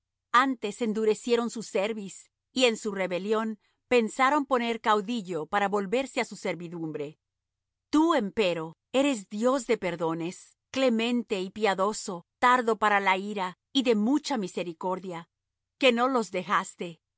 antes endurecieron su cerviz y en su rebelión pensaron poner caudillo para volverse á su servidumbre tú empero eres dios de perdones clemente y piadoso tardo para la ira y de mucha misericordia que no los dejaste